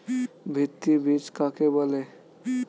ভিত্তি বীজ কাকে বলে?